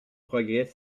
progrès